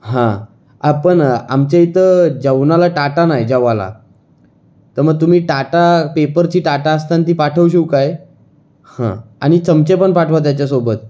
हां आ पण आमच्या इथं जेवणाला टाटा नाही जेवायला तर मग तुम्ही ताटं पेपरची ताटं असतान ती पाठवशील काय हं आणि चमचे पण पाठवा त्याच्यासोबत